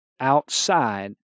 outside